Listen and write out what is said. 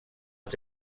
att